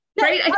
Right